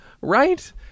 Right